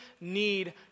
need